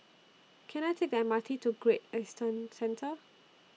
Can I Take The M R T to Great Eastern Centre